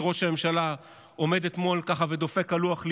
את ראש הממשלה עומד ודופק על לוח ליבו.